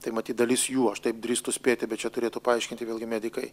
tai matyt dalis jų aš taip drįstu spėti bet čia turėtų paaiškinti vėlgi medikai